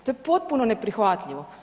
To je potpuno neprihvatljivo.